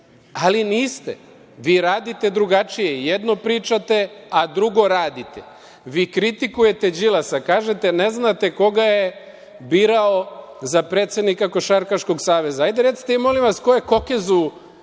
ali niste. Vi radite drugačije. Jedno pričate, a drugo radite. Vi kritikujete Đilasa. Kažete da ne znate koga je birao za predsednika Košarkaškog saveza, ali recite mi, molim vas, ko je Kokezu